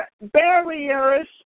Barriers